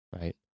Right